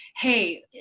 hey